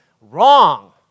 wrong